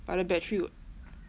but the battery got